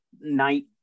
night